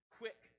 quick